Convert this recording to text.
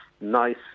nice